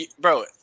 bro